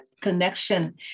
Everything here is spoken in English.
connection